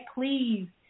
Please